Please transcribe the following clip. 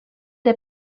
der